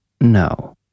no